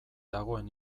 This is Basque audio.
dagoen